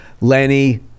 Lenny